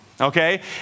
okay